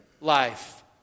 life